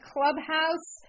Clubhouse